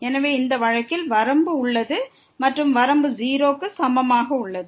எனவே இந்த வழக்கில் வரம்பு உள்ளது மற்றும் வரம்பு 0 க்கு சமமாக உள்ளது